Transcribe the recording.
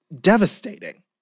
devastating